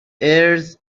اِرز